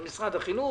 זה משרד החינוך